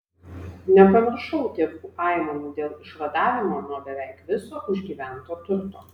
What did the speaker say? nepamiršau tėvų aimanų dėl išvadavimo nuo beveik viso užgyvento turto